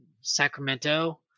sacramento